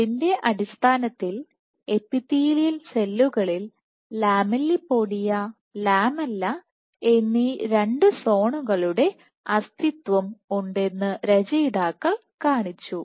അതിന്റെ അടിസ്ഥാനത്തിൽ എപ്പിത്തീലിയൽ സെല്ലുകളിൽ ലാമെല്ലിപോഡിയ ലാമെല്ല എന്നീ രണ്ട് സോണുകളുടെ അസ്തിത്വം ഉണ്ടെന്ന് രചയിതാക്കൾ കാണിച്ചു